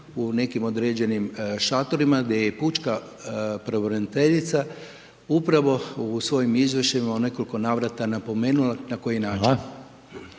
u nekim određenim šatorima, gdje je pučka pravobraniteljica upravo u svojim izvještajima u nekoliko navrata napomenula na koji način.